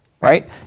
Right